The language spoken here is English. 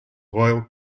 royal